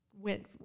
went